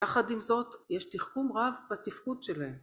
‫יחד עם זאת יש תחכום רב ‫בתפקוד שלהם.